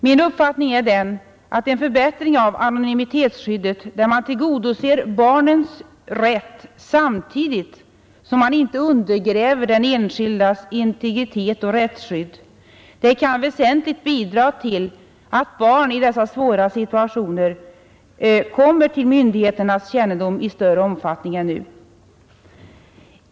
Min uppfattning är den att en förbättring av anonymitetsskyddet, så att man tillgodoser barnens rätt samtidigt som man inte undergräver den enskildes integritet och rättsskydd, kan väsentligt bidraga till att myndigheterna i större omfattning än nu får kännedom om fall då barn befinner sig i dessa svåra situationer.